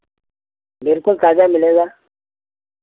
बिल्कुल ताज़ा मिलेगा